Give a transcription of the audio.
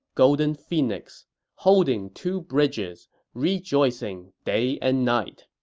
golden phoenix holding two bridges rejoicing day and night.